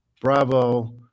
Bravo